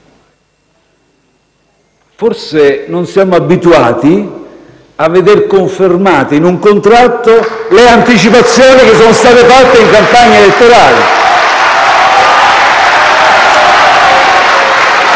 Forse non siamo abituati a veder confermate in un contratto le anticipazioni che sono stato fatte in campagna elettorale.